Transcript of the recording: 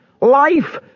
Life